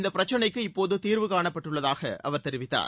இந்த பிரச்சினைக்கு இப்போது தீர்வு காணப்பட்டுள்ளதாக அவர் தெரிவித்தார்